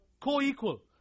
co-equal